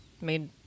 made